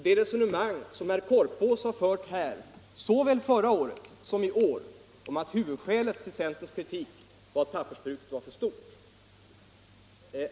Det resonemang som herr Korpås fört i riksdagen såväl förra året som i år var att huvudskälet för centerns kritik var att pappersbruket var för stort.